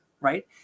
right